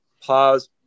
pause